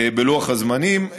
בלוח הזמנים.